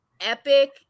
epic